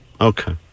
Okay